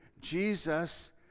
Jesus